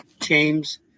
James